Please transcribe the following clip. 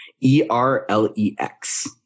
e-r-l-e-x